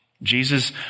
Jesus